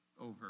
over